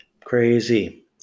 Crazy